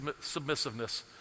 submissiveness